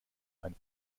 ein